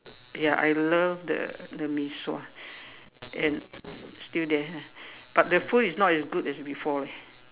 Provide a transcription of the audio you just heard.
ya I love the the mee-sua and still there ah but the food is not as good as before leh